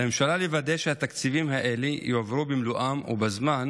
על הממשלה לוודא שהתקציבים האלה יועברו במלואם ובזמן,